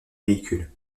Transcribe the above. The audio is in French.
véhicule